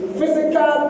physical